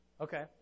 Okay